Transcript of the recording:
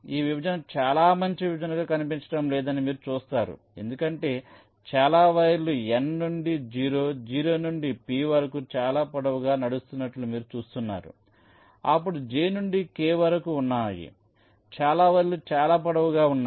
ఈ విభజన చాలా మంచి విభజనగా కనిపించడం లేదని మీరు చూస్తారు ఎందుకంటే చాలా వైర్లు N నుండి O O నుండి P వరకు చాలా పొడవుగా నడుస్తున్నట్లు మీరు చూస్తున్నారు అప్పుడు J నుండి K వరకు ఉన్నాయి చాలా వైర్లు చాలా పొడవుగా ఉన్నాయి